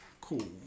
Cool